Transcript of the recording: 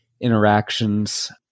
interactions